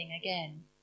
again